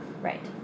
Right